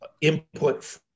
input